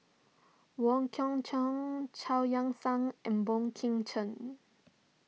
Wong Kwei Cheong Chao Yoke San and Boey Kim Cheng